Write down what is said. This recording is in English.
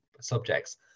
subjects